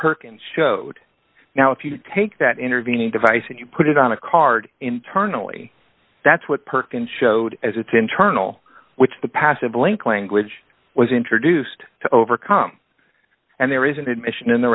perkins showed now if you take that intervening device and you put it on a card internally that's what perkins showed as its internal which the passive link language was introduced to overcome and there is an admission in the